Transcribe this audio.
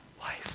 life